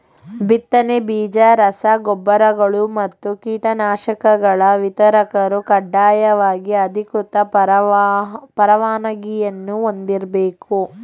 ಬಿತ್ತನೆ ಬೀಜ ರಸ ಗೊಬ್ಬರಗಳು ಮತ್ತು ಕೀಟನಾಶಕಗಳ ವಿತರಕರು ಕಡ್ಡಾಯವಾಗಿ ಅಧಿಕೃತ ಪರವಾನಗಿಯನ್ನೂ ಹೊಂದಿರ್ಬೇಕು